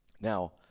now